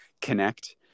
connect